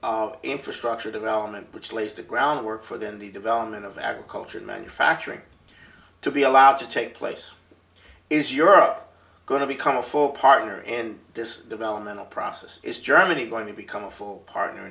of infrastructure development which lays the groundwork for the in the development of agriculture and manufacturing to be allowed to take place is europe going to become a full partner and this developmental process is germany going to become a full partner